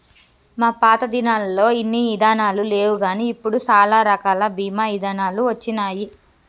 మా పాతదినాలల్లో ఇన్ని ఇదానాలు లేవుగాని ఇప్పుడు సాలా రకాల బీమా ఇదానాలు వచ్చినాయి